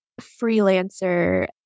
freelancer